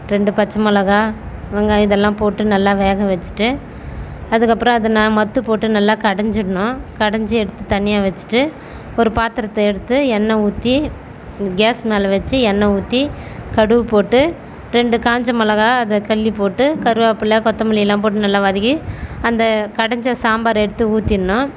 ரெண்டு பச்சை மொளகாய் வெங்காயம் இதெல்லாம் போட்டு நல்லா வேக வச்சுட்டு அதுக்கப்புறம் அதை நான் மத்துப்போட்டு நல்லா கடைஞ்சுர்ணும் கடைஞ்சு எடுத்து தனியாக வச்சுட்டு ஒரு பாத்திரத்தை எடுத்து எண்ணெய் ஊற்றி கேஸ் மேல் வச்சு எண்ணெய் ஊற்றி கடுகு போட்டு ரெண்டு காய்ஞ்ச மிளகாய் அதை கிள்ளி போட்டு கருவாப்பிலை கொத்தமல்லி எல்லாம் போட்டு நல்லா வதக்கி அந்த கடைஞ்ச சாம்பாரை எடுத்து ஊத்திடணும்